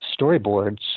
storyboards